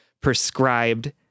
prescribed